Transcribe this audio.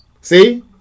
See